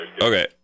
Okay